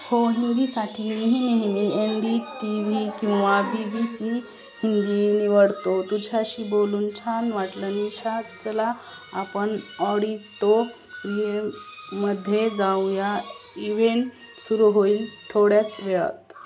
हो हिंदीसाठी मीही नेहमी एन डी टी व्ही किंवा बी बी सी हिंदी निवडतो तुझ्याशी बोलून छान वाटलं निशा चला आपण ऑडिटोयेममध्ये जाऊया इवेंट सुरू होईल थोड्याच वेळात